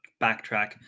backtrack